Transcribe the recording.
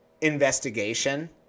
investigation